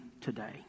today